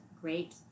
Great